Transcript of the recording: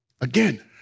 Again